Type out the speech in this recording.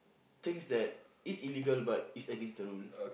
things that is illegal but is against the rule